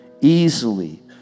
easily